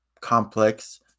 complex